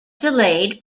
delayed